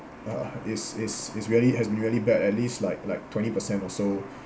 uh is is is really has been really bad at least like like twenty percent or so